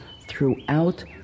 throughout